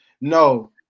No